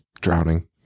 drowning